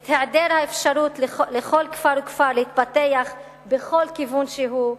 את היעדר האפשרות לכל כפר וכפר להתפתח בכל כיוון שהוא,